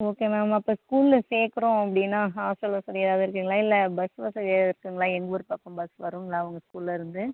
okay ma'am அப்போ ஸ்கூலில் சேர்க்குறோம் அப்படின்னா ஹாஸ்டல் வசதி ஏதாவது இருக்குதுங்களா இல்லை பஸ் வசதி ஏதாவது இருக்குதுங்களா எங்கள் ஊர் பக்கம் பஸ் வருங்களா உங்கள் ஸ்கூல்லேருந்து